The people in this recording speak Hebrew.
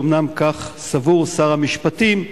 שאומנם כך סבור שר המשפטים,